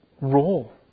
role